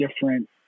different